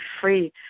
free